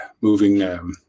moving